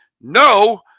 No